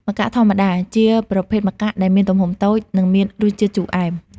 ម្កាក់ធម្មតា ជាប្រភេទម្កាក់ដែលមានទំហំតូច និងមានរសជាតិជូរអែម។